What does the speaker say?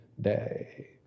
day